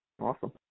Awesome